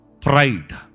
pride